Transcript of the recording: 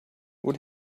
what